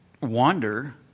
wander